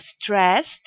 stressed